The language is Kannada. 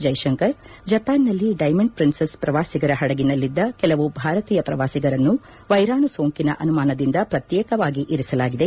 ಜ್ವೆಶಂಕರ್ ಜಪಾನ್ನಲ್ಲಿ ಡೈಮಂಡ್ ಪ್ರಿನ್ಸಸ್ ಪ್ರವಾಸಿಗರ ಹಡಗಿನಲ್ಲಿದ್ದ ಕೆಲವು ಭಾರತೀಯ ಪ್ರವಾಸಿಗರನ್ನು ವೈರಾಣು ಸೋಂಕಿನ ಅನುಮಾನದಿಂದ ಪ್ರತ್ಯೇಕವಾಗಿ ಇರಿಸಲಾಗಿದೆ